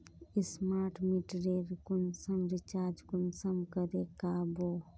Smart मीटरेर कुंसम recharge कुंसम करे का बो?